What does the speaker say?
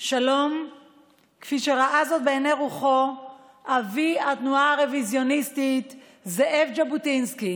שלום כפי שראה זאת בעיני רוחו אבי התנועה הרביזיוניסטית זאב ז'בוטינסקי